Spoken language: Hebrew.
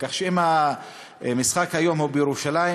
כך שאם המשחק היום הוא בירושלים,